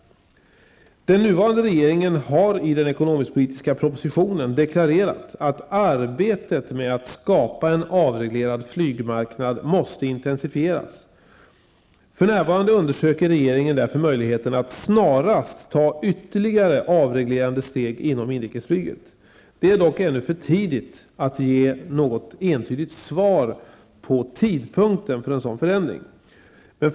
Den nuvarande regeringen har i den ekonomisk-politiska propositionen deklarerat att arbetet med att skapa en avreglerad flymarknad måste intensifieras. För närvarande undersöker regeringen därför möjligheten att snarast ta ytterligare avreglerande steg inom inrikesflyget. Det är dock ännu för tidigt att ge något entydigt svar när det gäller tidpunkten för en sådan förändring.